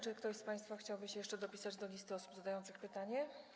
Czy ktoś z państwa chciałby się jeszcze dopisać do listy osób zadających pytanie?